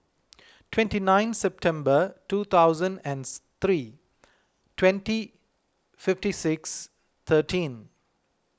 twenty nine September two thousand and three twenty fifty six thirteen